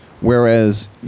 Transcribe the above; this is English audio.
Whereas